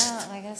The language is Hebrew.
רגע רגע רגע,